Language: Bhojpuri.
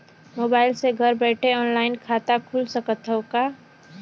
मोबाइल से घर बैठे ऑनलाइन खाता खुल सकत हव का?